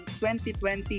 2020